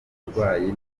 umurwayi